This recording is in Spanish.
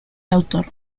autor